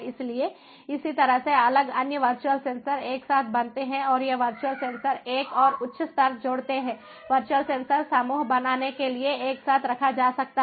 इसलिए इसी तरह से अलग अन्य वर्चुअल सेंसर एक साथ बनते हैं और ये वर्चुअल सेंसर एक और उच्च स्तर जोड़ते हैं वर्चुअल सेंसर समूह बनाने के लिए एक साथ रखा जा सकता है